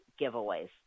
giveaways